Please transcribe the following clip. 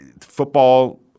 football